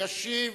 ישיב